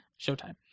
Showtime